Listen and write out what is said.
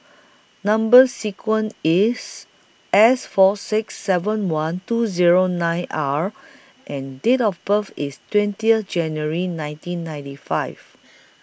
Number sequence IS S four six seven one two Zero nine R and Date of birth IS twentieth January nineteen ninety five